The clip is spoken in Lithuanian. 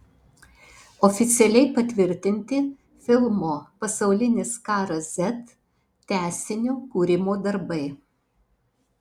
oficialiai patvirtinti filmo pasaulinis karas z tęsinio kūrimo darbai